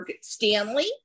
Stanley